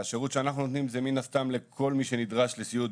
והשירות שאנחנו נותנים הוא מן הסתם לכל מי שנדרש לסיעוד,